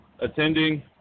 Attending